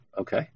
okay